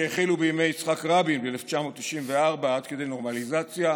שהחלו בימי יצחק רבין ב-1994 עד כדי נורמליזציה,